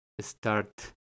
start